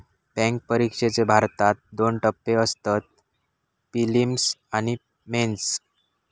bank परिक्षेचे भारतात दोन टप्पे असतत, पिलिम्स आणि मेंस